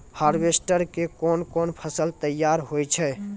Harvester के कोन कोन फसल तैयार होय छै?